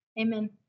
Amen